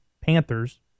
Panthers